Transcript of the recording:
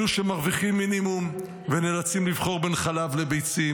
אלו שמרוויחים מינימום ונאלצים לבחור בין חלב לביצים,